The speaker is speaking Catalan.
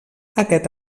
aquest